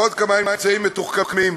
ועוד כמה אמצעים מתוחכמים,